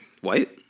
White